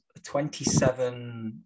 27